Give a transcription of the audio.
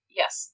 yes